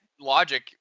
logic